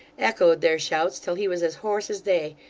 echoed their shouts till he was as hoarse as they,